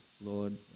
Lord